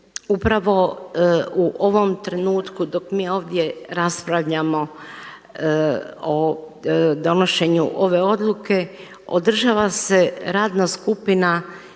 Upravo u ovom trenutku dok mi ovdje raspravljamo o donošenju ove odluke održava se radna skupina